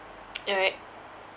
you're right